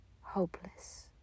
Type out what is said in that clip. Hopeless